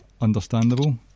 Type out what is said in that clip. Understandable